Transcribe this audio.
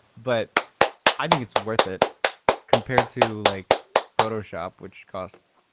but i think it's worth it compared to like photoshop which costs,